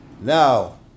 Now